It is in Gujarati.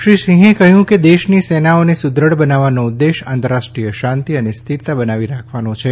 શ્રી સિંહે કહ્યું કે દેશની સેનાઓને સુદ્રઢ બનાવવાનો ઉદ્દેશ આંતરરાષ્રી સય શાંતિ અને સ્થિરતા બનાવી રાખવાનો છે